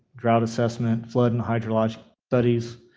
draught assessment, flood and hydrologic studies,